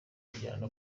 bijyana